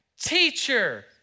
Teacher